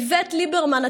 איווט ליברמן,